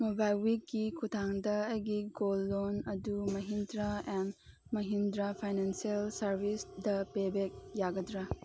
mobile ꯋꯤꯛꯀꯤ ꯈꯨꯊꯥꯡꯗ ꯑꯩꯒꯤ ꯒꯣꯜ ꯂꯣꯟ ꯑꯗꯨ ꯃꯍꯤꯟꯗ꯭ꯔꯥ ꯑꯦꯟ ꯃꯍꯤꯟꯗ꯭ꯔꯥ ꯐꯥꯏꯅꯥꯟꯁꯤꯌꯦꯜ ꯁꯥꯔꯕꯤꯁꯗ ꯄꯦ ꯕꯦꯛ ꯌꯥꯒꯗ꯭ꯔꯥ